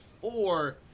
four